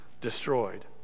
destroyed